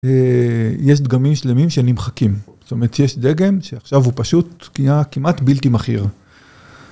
יש דגמים שלמים שנמחקים, זאת אומרת שיש דגם שעכשיו הוא פשוט נהיה כמעט בלתי מכיר.